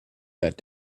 that